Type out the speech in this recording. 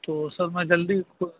تو سر میں جلدی کو